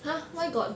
!huh! why got